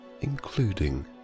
including